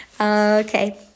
Okay